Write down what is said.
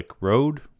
road